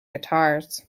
guitars